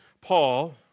Paul